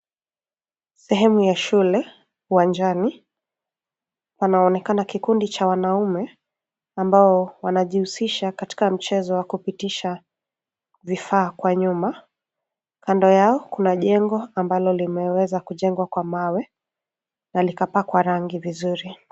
Sehemu ya shule, uwanjani panaonekana kikundi cha wanaume ambao wanajihusisha katika mchezo wa kupitisha vifaa kwa nyuma. Kando yao kuna jengo ambalo limeweza kujengwa kwa mawe na likapakwa rangi vizuri.